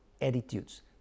attitudes